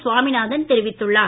சாமிநாதன் தெரிவித்துள்ளார்